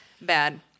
bad